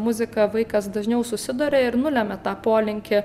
muzika vaikas dažniau susiduria ir nulemia tą polinkį